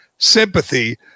sympathy